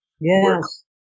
Yes